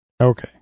Okay